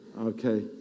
Okay